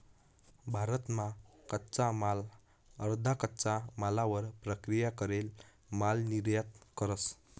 भारत मा कच्चा माल अर्धा कच्चा मालवर प्रक्रिया करेल माल निर्यात करस